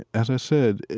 as i said,